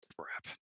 crap